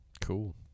Cool